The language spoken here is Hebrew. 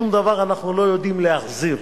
שום דבר אנחנו לא יודעים להחזיר,